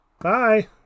bye